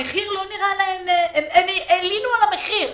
הם הלינו על המחיר.